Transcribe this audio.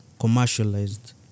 commercialized